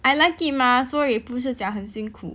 I like it mah 所以不是讲很辛苦